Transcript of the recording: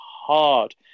hard